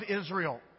Israel